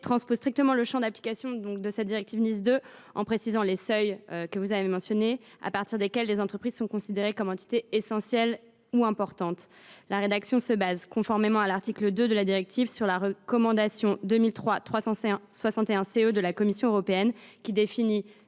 transposent strictement le champ d’application de la directive NIS 2, en précisant les seuils à partir desquels les entreprises sont considérées comme des entités essentielles ou importantes. La rédaction se fonde, conformément à l’article 2 de la directive, sur la recommandation 2003/361/CE de la Commission européenne qui définit